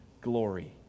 glory